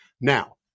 Now